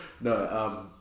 No